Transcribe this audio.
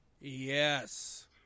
Yes